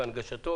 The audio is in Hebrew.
ובהנגשה שלה,